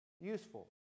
useful